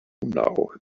now